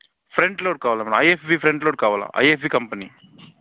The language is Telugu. ఫ్రంట్ లోడ్ కావాలి మామ్ ఐఎఫ్బి ఫ్రంట్ లోడ్ కావాలి ఐఎఫ్బి కంపెనీ